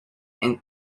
and